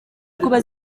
kuba